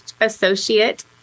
associate